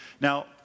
Now